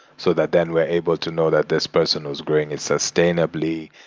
so that then we're able to know that this person was growing it sustainability,